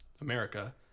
America